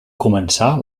començar